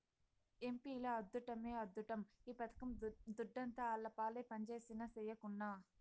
ఎంపీల అద్దుట్టమే అద్దుట్టం ఈ పథకం దుడ్డంతా ఆళ్లపాలే పంజేసినా, సెయ్యకున్నా